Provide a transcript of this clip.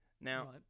Now